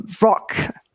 rock